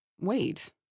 wait